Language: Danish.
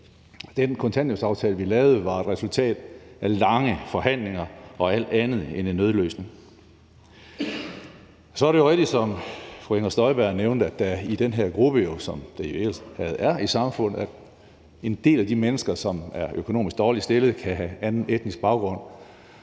Den kontanthjælpsaftale, vi lavede, var et resultat af lange forhandlinger og alt andet end en nødløsning. Så er det jo rigtigt, som fru Inger Støjberg nævnte, at det med hensyn til den her gruppe er sådan – som det jo i hele taget er i samfundet – at en del af de mennesker, som er økonomisk dårligt stillet, kan have anden etnisk baggrund.